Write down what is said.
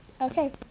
okay